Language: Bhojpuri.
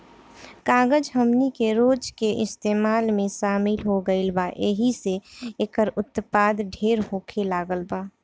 कागज हमनी के रोज के इस्तेमाल में शामिल हो गईल बा एहि से एकर उत्पाद ढेर होखे लागल बा